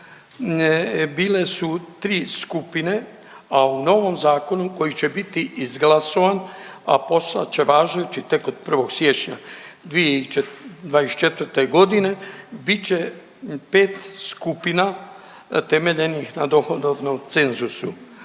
bile su tri skupine, a u novom zakonu koji će biti izglasovan, a postat će važeći tek od 1. siječnja 2024.g. bit će pet skupina temeljenih na dohodovnom cenzusu.